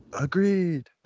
Agreed